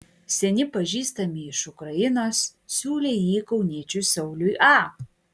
seni pažįstami iš ukrainos siūlė jį kauniečiui sauliui a